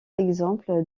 exemple